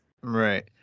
right